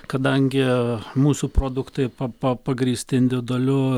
kadangi mūsų produktai pa pa pagrįsti individualiu